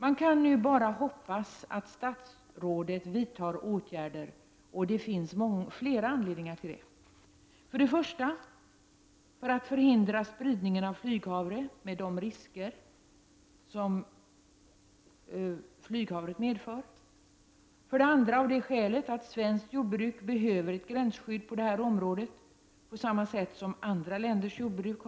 Man kan nu bara hoppas att statsrådet vidtar åtgärder, och det finns flera anledningar till det. För det första bör man förhindra spridningen av flyghavre med de risker det medför. För det andra behöver svenskt jordbruk ett gränsskydd på det här området, på samma sätt som man har i andra länders jordbruk.